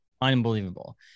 unbelievable